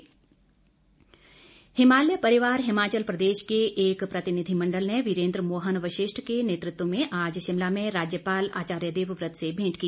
प्रतिनिधिमण्डल हिमालय परिवार हिमाचल प्रदेश के एक प्रतिनिधिमण्डल ने वीरेन्द्र मोहन वशिष्ठ के नेतृत्व में आज शिमला में राज्यपाल आचार्य देवव्रत से भेंट की